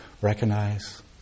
Recognize